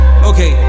Okay